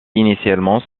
initialement